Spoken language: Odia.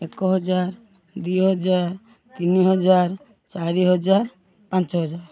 ଏକ ହଜାର ଦୁଇ ହଜାର ତିନି ହଜାର ଚାରି ହାଜର ପାଞ୍ଚ ହଜାର